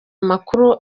amakuru